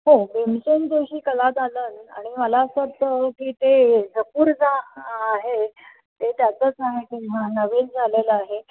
हो भीमसेन जोशी कलादालन आणि मला असं वाटतं की ते हे झपूर्झा आहे ते त्याचंच आहे की हा नवीन झालेलं आहे